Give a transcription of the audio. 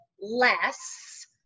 less